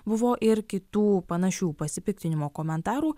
buvo ir kitų panašių pasipiktinimo komentarų